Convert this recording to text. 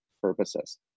purposes